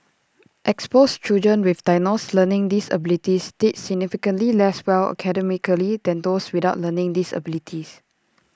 exposed children with diagnosed learning disabilities did significantly less well academically than those without learning disabilities